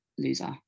loser